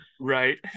Right